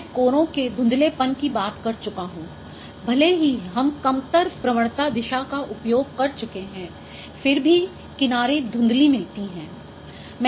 मैं कोरों के धुँधलेपन की बात कर चुका हूँ भले ही हम कमतर प्रवणता दिशा का उपयोग कर चुके हैं फिर भी किनारे धुँधली मिलती हैं